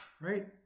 right